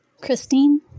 Christine